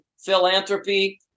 philanthropy